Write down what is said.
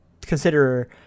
consider